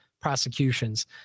prosecutions